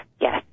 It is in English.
Yes